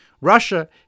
Russia